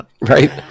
right